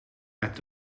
werd